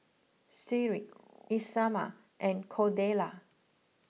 Tyrik Isamar and Cordella